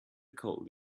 cold